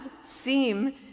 seem